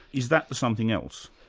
is that the something else?